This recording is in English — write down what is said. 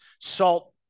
salt